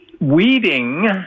weeding